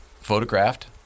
photographed